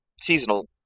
seasonal